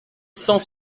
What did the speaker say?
cent